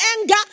anger